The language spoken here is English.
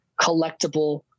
collectible